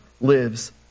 lives